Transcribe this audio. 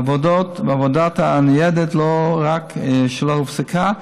ועבודת הניידת לא רק שלא הופסקה,